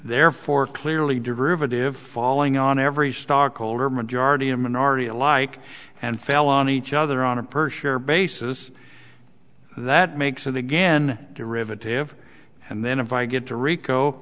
therefore clearly derivative falling on every stockholder majority a minority like and fell on each other on a per share basis that makes it again derivative and then if i get to rico